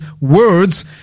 words